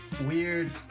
weird